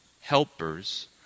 helpers